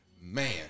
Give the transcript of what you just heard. man